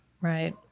Right